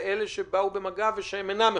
ואלה שבאו במגע ושהם אינם מחוסנים.